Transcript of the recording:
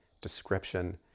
description